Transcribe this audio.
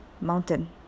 mountain